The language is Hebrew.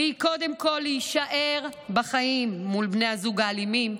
שהיא קודם כול להישאר בחיים מול בני הזוג האלימים,